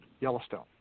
Yellowstone